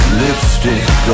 lipstick